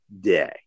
day